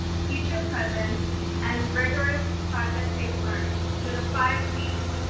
teacher presence and rigorous project based learning through the five c's,